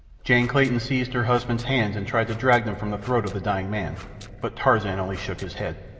jane clayton seized her husband's hands and tried to drag them from the throat of the dying man but tarzan only shook his head.